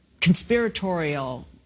conspiratorial